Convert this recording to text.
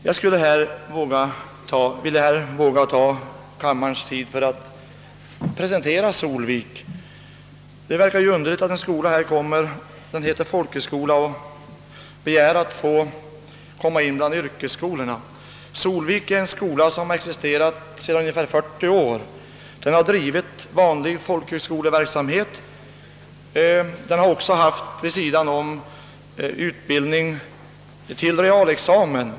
Jag skulle emellertid vilja ta kammarens tid i anspråk för att presentera Solvik, ty det kan ju verka underligt att en skola som kallas folkhögskola begär att få räknas till yrkesskolorna. Solvik är en skola som existerat sedan ungefär 40 år. Den har bedrivit vanlig folkhögskoleverksamhet och den har vid sidan därav haft utbildning för realskoleexamen.